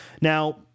now